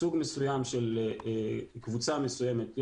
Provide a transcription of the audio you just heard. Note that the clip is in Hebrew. קבוצה מסוימת,